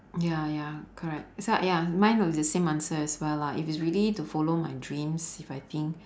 ya ya correct it's uh ya mine would be the same answer as well lah if it's really to follow my dreams if I think